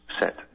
set